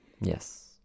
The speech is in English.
Yes